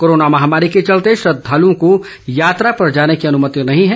corona महामारी के चलते श्रद्वालुओं को यात्रा पर जाने की अनुमति नहीं है